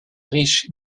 riche